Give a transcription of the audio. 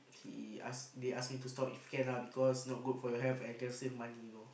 he ask they ask me stop if can lah cause not good for your health and can save money you know